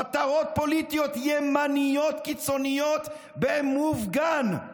מטרות פוליטיות ימניות קיצוניות במופגן,